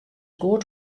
goed